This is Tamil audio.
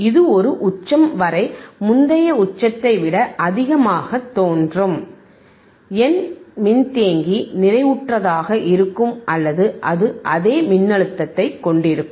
இது ஒரு உச்சம் வரை முந்தைய உச்சத்தை விட அதிகமாக தோன்றும் என் மின்தேக்கி நிறைவுற்றதாக இருக்கும் அல்லது அது அதே மின்னழுத்தத்தைக் கொண்டிருக்கும்